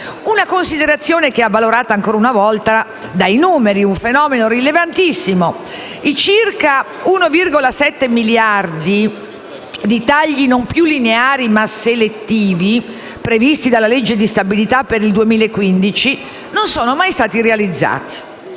Una considerazione che è avvalorata ancora una volta dai numeri, un fenomeno rilevantissimo: i circa 1,7 miliardi di tagli non più lineari, ma selettivi, previsti dalla legge di stabilità per il 2015, non sono mai stati realizzati.